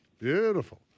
Beautiful